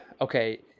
okay